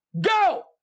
Go